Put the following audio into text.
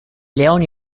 leoni